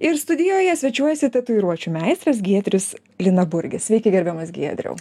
ir studijoje svečiuojasi tatuiruočių meistras giedrius liną burgį sveiki gerbiamas giedriau